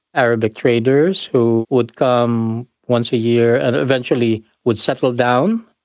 arabic traders who would come once a year and eventually would settle down,